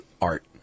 art